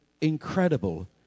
incredible